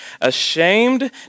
ashamed